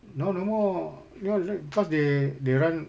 now no more you know you know because they they run